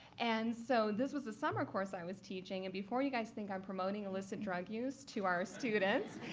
and so this was a summer course i was teaching. and before you guy think i'm promoting illicit drug use to our students,